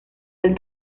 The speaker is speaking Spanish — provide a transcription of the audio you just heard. del